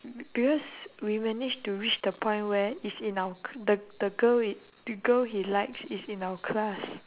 be~ because we manage to reach the point where it's in our cl~ the the girl it the girl he likes is in our class